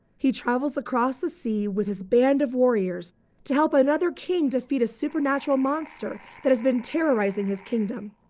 he travels across the sea with his band of warriors to help another king defeat a supernatural monster that has been terrorizing his kingdom.